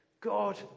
God